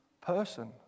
person